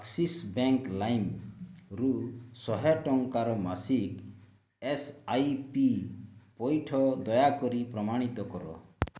Axis bank ଲାଇମ୍ରୁ ଶହେ ଟଙ୍କାର ମାସିକ ଏସ୍ ଆଇ ପି ପଇଠ ଦୟାକରି ପ୍ରମାଣିତ କର